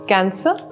Cancer